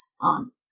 on